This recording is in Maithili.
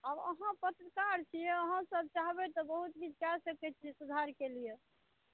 अब अहाँ पत्रकार छियै अहाँ सभ चाहबै तऽ बहुत किछु कय सकै छी सुधारके लिए